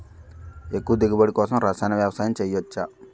ఎక్కువ దిగుబడి కోసం రసాయన వ్యవసాయం చేయచ్చ?